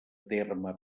terme